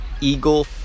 Eagle